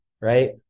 Right